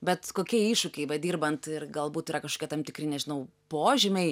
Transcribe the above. bet kokie iššūkiai bedirbant ir galbūt yra kažkokie tam tikri nežinau požymiai